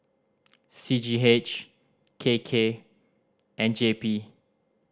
C G H K K and J P